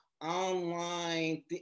online